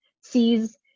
sees